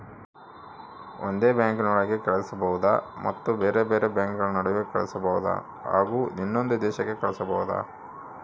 ಒಂದೇ ಬ್ಯಾಂಕಿನೊಳಗೆ ಕಳಿಸಬಹುದಾ ಮತ್ತು ಬೇರೆ ಬೇರೆ ಬ್ಯಾಂಕುಗಳ ನಡುವೆ ಕಳಿಸಬಹುದಾ ಹಾಗೂ ಇನ್ನೊಂದು ದೇಶಕ್ಕೆ ಕಳಿಸಬಹುದಾ?